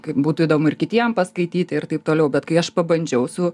kaip būtų įdomu ir kitiem paskaityt ir taip toliau bet kai aš pabandžiau su